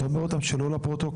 אתה אומר אותם שלא לפרוטוקול,